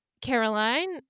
Caroline